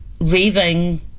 raving